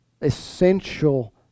essential